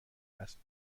رسم